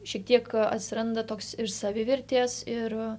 šiek tiek atsiranda toks ir savivertės ir